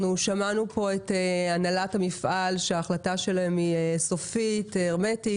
שמענו פה את הנהלת המפעל שההחלטה שלהם היא סופית והרמטית,